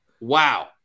Wow